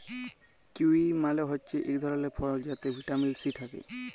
kiwi মালে হছে ইক ধরলের ফল যাতে ভিটামিল সি থ্যাকে